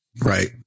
Right